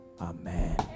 Amen